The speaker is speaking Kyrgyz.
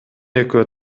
экөө